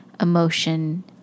emotion